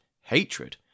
hatred